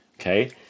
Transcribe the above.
okay